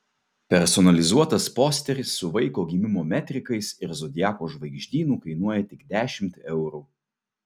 personalizuotas posteris su vaiko gimimo metrikais ir zodiako žvaigždynu kainuoja tik dešimt eurų